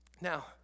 Now